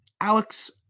Alex